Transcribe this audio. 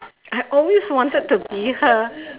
I always wanted to be her